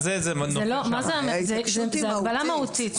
זו הגבלה מהותית.